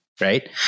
Right